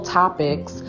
topics